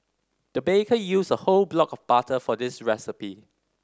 the baker used a whole block of butter for this recipe